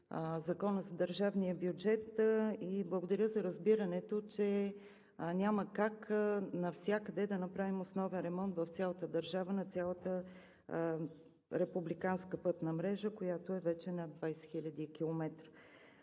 Закона за държавния бюджет и благодаря за разбирането, че няма как навсякъде да направим основен ремонт в цялата държава, на цялата републиканска пътна мрежа, която вече е над 20 хиляди км.